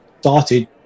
started